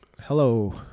Hello